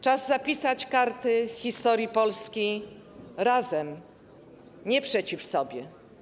Czas zapisać karty historii Polski razem, nie przeciw sobie.